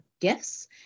gifts